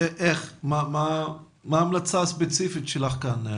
מה ההמלצה הספציפית שלך כאן?